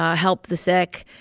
help the sick.